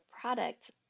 product